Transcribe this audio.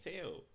tell